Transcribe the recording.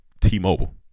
T-Mobile